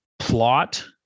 plot